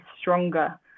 stronger